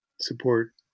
support